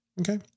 Okay